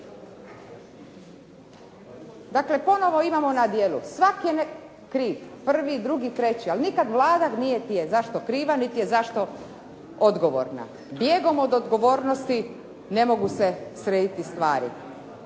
Dakle, ponovo imamo na djelu svak je kriv, prvi, drugi, treći, ali nikad Vlada niti je za što kriva niti je za što odgovorna. Bijegom od odgovornosti ne mogu se srediti stvari.